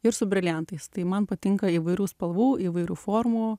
ir su briliantais tai man patinka įvairių spalvų įvairių formų